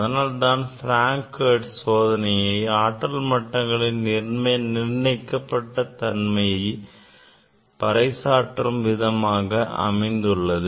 அதனால்தான் Frank - Hertz சோதனை ஆற்றல் மட்டங்களின் நிர்ணயிக்கப்பட்ட தன்மையை பறைசாற்றும் விதமாக அமைந்தது